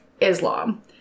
Islam